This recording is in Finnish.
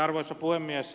arvoisa puhemies